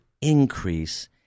increase